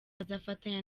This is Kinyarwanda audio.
bazafatanya